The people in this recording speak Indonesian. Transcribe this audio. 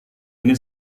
ini